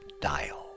Dial